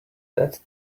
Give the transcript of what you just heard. that